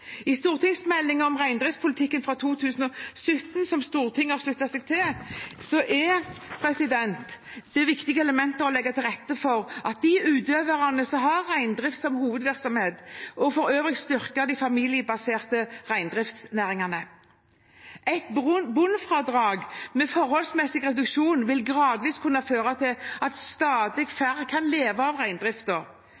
I stortingsmeldingen om reindriftspolitikken fra 2017, som Stortinget har sluttet seg til, er et viktig element å legge til rette for de utøverne som har reindrift som hovedvirksomhet, og for øvrig styrke de familiebaserte reindriftsnæringene. Et bunnfradrag med en forholdsmessig reduksjon vil gradvis kunne føre til at stadig